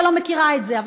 את כנראה לא מכירה את זה,